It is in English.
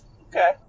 Okay